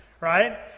Right